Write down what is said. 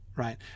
right